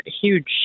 huge